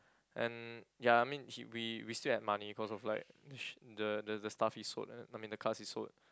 and ya I mean he we we still had money cause of like the sh~ the the stuff he sold I mean the cars he sold